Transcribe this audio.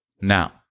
Now